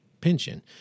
pension